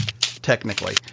technically